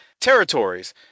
territories